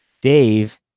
Dave